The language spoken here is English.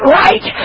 right